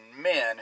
men